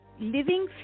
living